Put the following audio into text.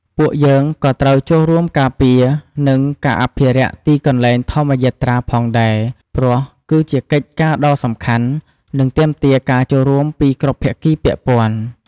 ពួកយើងក៏ត្រូវចូលរួមការការពារ និងការអភិរក្សទីកន្លែងធម្មយាត្រាផងដែរព្រោះ គឺជាកិច្ចការដ៏សំខាន់ និងទាមទារការចូលរួមពីគ្រប់ភាគីពាក់ព័ន្ធ៖